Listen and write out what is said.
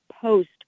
post